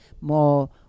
more